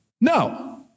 No